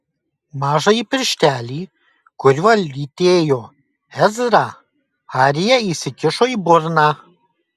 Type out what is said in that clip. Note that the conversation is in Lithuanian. mažąjį pirštelį kuriuo lytėjo ezrą arija įsikišo į burną